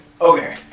Okay